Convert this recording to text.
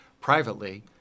Privately